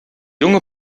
junge